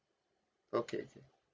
okay